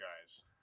guys